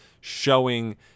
showing